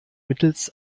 mittels